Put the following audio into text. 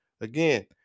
Again